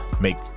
make